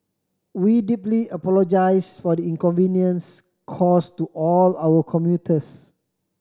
we deeply apologise for the inconvenience caused to all our commuters